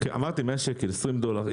אמרתי: 100 שקל, 20 דולר.